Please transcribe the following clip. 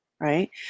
right